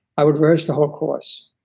i would rehearse the whole course.